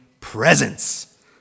presence